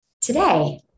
Today